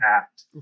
act